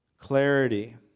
Clarity